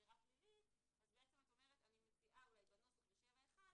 אז בעצם את אומרת, אני מציעה בנוסח ב-7(1)